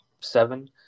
seven